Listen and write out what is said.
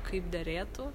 kaip derėtų